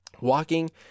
walking